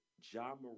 John